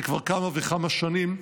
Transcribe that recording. זה כבר כמה וכמה שנים,